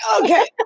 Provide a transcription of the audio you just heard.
Okay